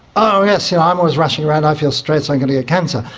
oh yes, yeah i'm always rushing around, i feel stressed, i'm going to get cancer.